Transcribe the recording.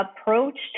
approached